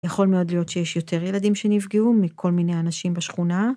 יכול מאוד להיות שיש יותר ילדים שנפגעו מכל מיני אנשים בשכונה.